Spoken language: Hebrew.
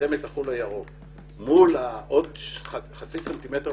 עמק החולה ירוק מול עוד חצי סנטימטר בכינרת.